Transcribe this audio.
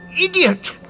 idiot